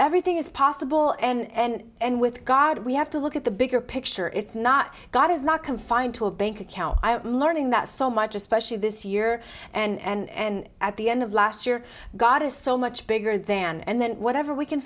everything is possible and with god we have to look at the bigger picture it's not god is not confined to a bank account i am learning that so much especially this year and at the end of last year god is so much bigger than and then whatever we can